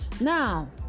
Now